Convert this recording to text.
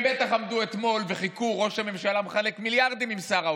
הם בטח עמדו אתמול וחיכו: ראש הממשלה מחלק מיליארדים עם שר האוצר,